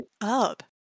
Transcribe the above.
up